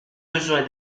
besoin